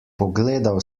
pogledal